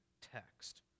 text